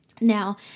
now